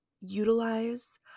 utilize